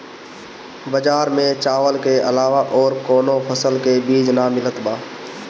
बजार में चावल के अलावा अउर कौनो फसल के बीज ना मिलत बा